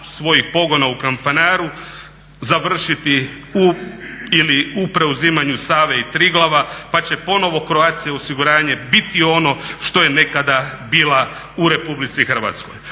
svojih pogona u Kanfanaru završiti u ili u preuzimanju Save i Triglava pa će ponovno Croatia osiguranje biti ono što je nekada bila u Republici Hrvatskoj.